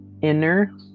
inner